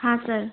हाँ सर